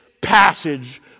passage